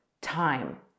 time